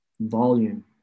volume